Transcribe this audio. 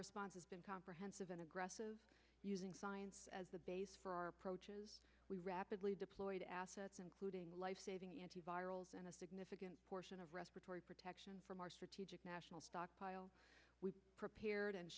response has been comprehensive and aggressive using science as the basis for our approach we rapidly deployed assets including lifesaving antivirals and a significant portion of respiratory protection from our strategic national stockpile we prepared and